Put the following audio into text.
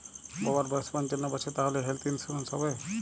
বাবার বয়স পঞ্চান্ন বছর তাহলে হেল্থ ইন্সুরেন্স হবে?